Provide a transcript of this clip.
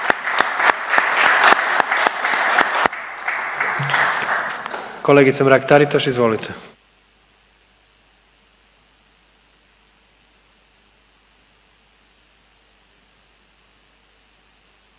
Kolegice Mrak-Taritaš, izvolite.